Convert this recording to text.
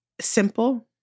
simple